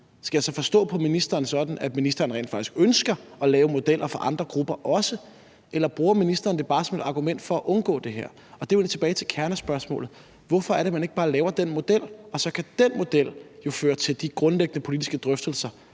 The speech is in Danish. Skal jeg forstå det sådan på ministeren, at ministeren rent faktisk ønsker at lave modeller for andre grupper også, eller bruger ministeren det bare som et argument for at undgå det her? Og der vender jeg tilbage til kernespørgsmålet: Hvorfor er det, at man ikke bare laver den model, og så kan den model jo føre til de grundlæggende politiske drøftelser,